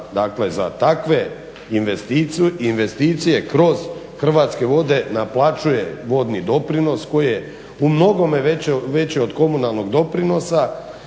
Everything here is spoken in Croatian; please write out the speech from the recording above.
dakle za takve investicije kroz Hrvatske vode naplaćuje vodni doprinos koji je u mnogome veći od komunalnog doprinosa